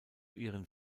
ihren